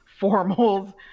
formals